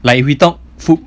like if we talk food